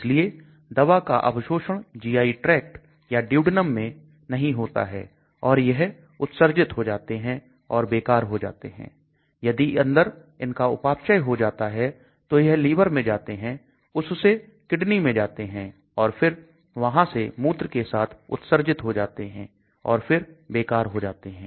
इसलिए दवा का अवशोषण GI Tract या Duodenum में नहीं होता है और यह उत्सर्जित हो जाते हैं और बेकार हो जाते हैं यदि अंदर इनका उपापचय हो जाता है तो यह लीवर में जाते हैं उससे किडनी में जाते हैं और फिर वहां से मूत्र के साथ उत्सर्जित हो जाते हैं और फिर बेकार हो जाते हैं